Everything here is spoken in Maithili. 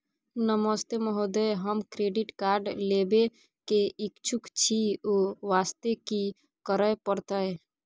नमस्ते महोदय, हम क्रेडिट कार्ड लेबे के इच्छुक छि ओ वास्ते की करै परतै?